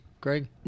Greg